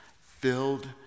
filled